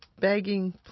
begging